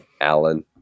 Alan